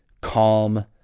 calm